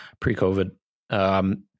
pre-COVID